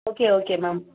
okay okay ma'am